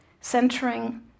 centering